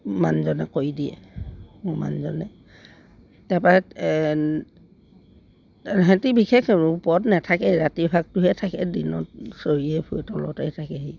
মানুহজনে কৰি দিয়ে মোৰ মানুহজনে তাৰপৰা সিহঁতি বিশেষ ওপৰত নেথাকে ৰাতিভাগটোহে থাকে দিনত চৰিয়ে ফুৰে তলতেই থাকে সেই